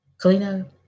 Kalina